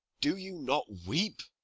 do you not weep?